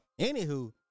Anywho